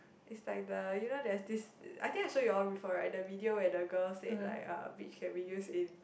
it's like the you know that this I think that you all refer right the video at the girl said like uh bitch can be used in